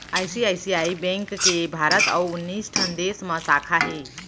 ICICI bank के भारत अउ उन्नीस ठन देस म साखा हे